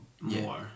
more